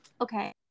Okay